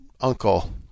uncle